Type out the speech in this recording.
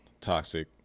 Toxic